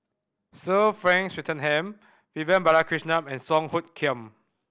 Sir Frank Swettenham Vivian Balakrishnan and Song Hoot Kiam